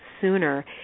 sooner